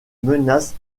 menace